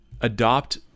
adopt